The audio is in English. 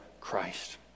Christ